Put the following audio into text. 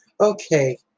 Okay